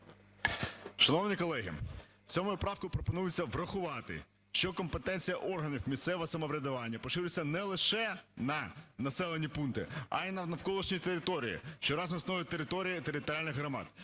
Шановні колеги, 7 правкою пропонується враховувати, що компетенція органів місцевого самоврядування поширюється не лише на населені пункти, а і на навколишні території, що разом становлять території територіальних громад.